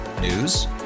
News